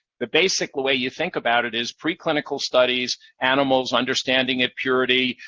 the basic way you think about it is, preclinical studies, animals, understanding it, purity,